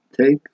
take